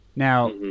Now